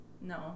No